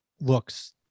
looks